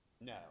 No